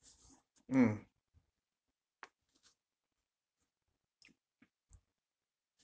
mm